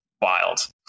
wild